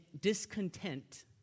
discontent